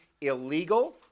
illegal